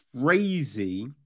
crazy